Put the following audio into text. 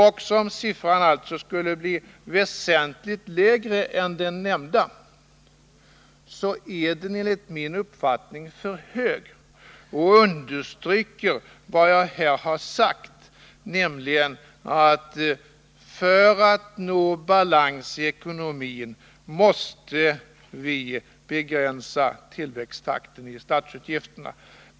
Även om siffran alltså skulle bli väsentligt lägre än den nämnda, är den enligt min uppfattning för hög och understryker vad jag här har sagt, nämligen att vi, för att nå balans i ekonomin, måste begränsa statsutgifternas tillväxttakt.